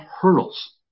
hurdles